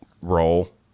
role